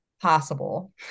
possible